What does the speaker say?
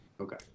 Okay